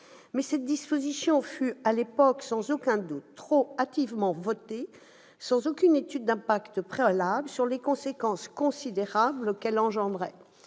Cette mesure fut à l'époque sans aucun doute trop hâtivement votée, sans aucune étude d'impact préalable sur les conséquences considérables qu'elle engendrerait.